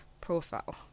profile